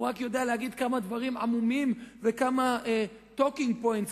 הוא רק יודע להגיד כמה דברים עמומים וכמה talking points,